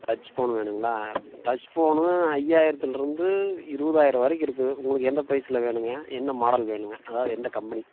touch phone வேணுங்களா touch phone ஐயாயிரத்திலிருந்து இருபதாயிரம் வரைக்கும் இருக்குது உங்களுக்கு எந்த பிரைஸில் வேணுங்க என்ன மாடல் வேணுங்க அதாவது எந்த கம்பெனி